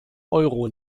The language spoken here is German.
euro